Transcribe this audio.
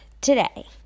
today